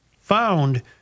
found